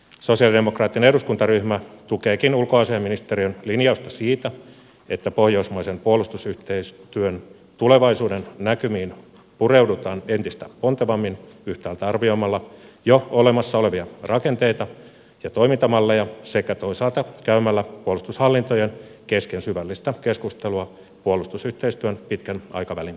sosialidemokraattinen eduskuntaryhmä tukeekin ulkoasiainministeriön linjausta siitä että pohjoismaisen puolustusyhteistyön tulevaisuudennäkymiin pureudutaan entistä pontevammin yhtäältä arvioimalla jo olemassa olevia rakenteita ja toimintamalleja sekä toisaalta käymällä puolustushallintojen kesken syvällistä keskustelua puolustusyhteistyön pitkän aikavälin tavoitteista